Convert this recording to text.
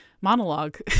monologue